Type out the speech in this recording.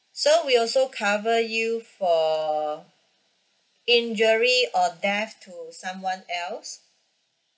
so we also cover you for injury or death to someone else